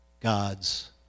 God's